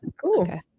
Cool